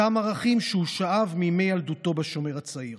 אותם ערכים שהוא שאב מימי ילדותו בשומר הצעיר.